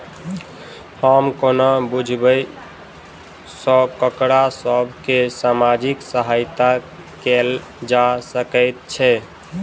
हम कोना बुझबै सँ ककरा सभ केँ सामाजिक सहायता कैल जा सकैत छै?